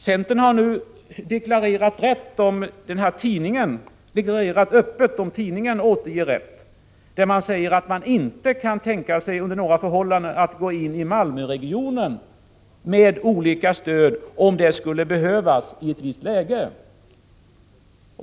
Centern har nu öppet deklarerat, om den här tidningen återger saken rätt, att man inte kan tänka sig att under några förhållanden gå in med olika stöd i Malmöregionen om det skulle behövas i ett visst läge.